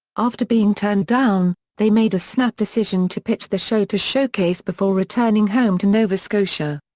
after being turned down, they made a snap decision to pitch the show to showcase before returning home to nova scotia.